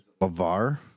Lavar